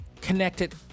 connected